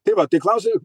taip vat klausė